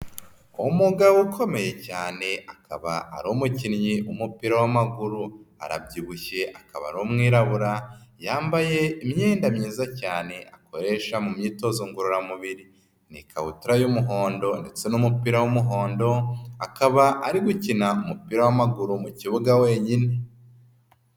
Umugabo ukomeye cyane akaba ari umukinnyi w'umupira w'amaguru, arabyibushye akaba ari umwirabura, yambaye imyenda myiza cyane akoresha mu myitozo ngororamubiri, ni ikabutura y'umuhondo ndetse n'umupira w'umuhondo, akaba ari gukina umupira w'amaguru mu kibuga wenyine.